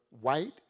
white